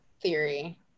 theory